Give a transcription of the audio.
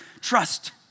trust